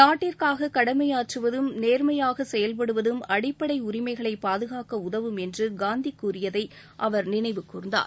நாட்டிற்காக கடமையாற்றுவதும் நேர்மையாக செயல்படுவதும் அடிப்படை உரிமைகளை பாதுகாக்க உதவும் என்று காந்தி கூறியதை அவர் நினைவு கூர்ந்தார்